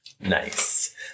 Nice